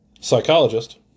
psychologist